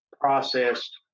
processed